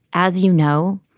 as you know,